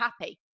happy